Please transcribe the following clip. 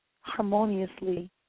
harmoniously